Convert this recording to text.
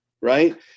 Right